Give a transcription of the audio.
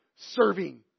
serving